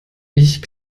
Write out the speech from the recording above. ich